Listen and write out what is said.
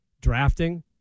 drafting